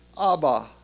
Abba